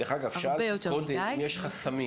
דרך אגב, שאלתי קודם אם יש חסמים